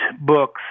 books